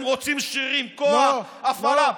הם רוצים שרירים, כוח, הפעלה.